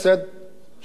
כשעזב אותה,